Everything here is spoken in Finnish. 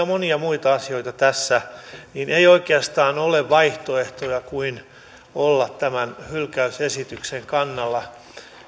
monia muita asioita tässä ei ole otettu huomioon niin ei oikeastaan ole vaihtoehtoja kuin olla tämän hylkäysesityksen kannalla